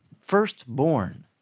firstborn